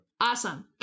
awesome